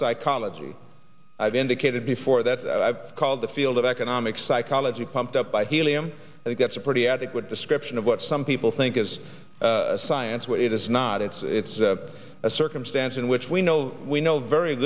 psychology i've indicated before that i've called the field of economic psychology pumped up by helium and that's a pretty adequate description of what some people think is science what it is not it's it's a circumstance in which we know we know very